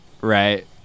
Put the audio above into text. Right